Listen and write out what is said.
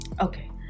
okay